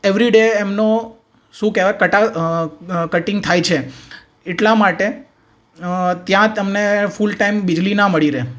every day એમનો શું કહેવાય કટાવ કટિંગ થાય છે એટલા માટે ત્યાં તમને ફુલ ટાઇમ વીજળી ના મળી રહે